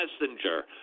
messenger